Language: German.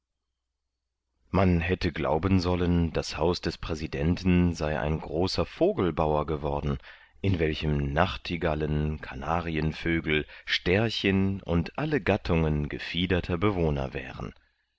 man hätte glauben sollen das haus des präsidenten sei ein großer vogelbauer geworden in welchem nachtigallen kanarienvögel stärchen und alle gattungen gefiederter bewohner wären